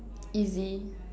easy